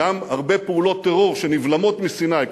גם הרבה פעולות טרור שנבלמות מסיני,